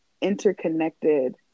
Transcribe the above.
interconnected